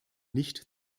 nicht